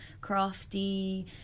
crafty